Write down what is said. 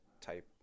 type